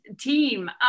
team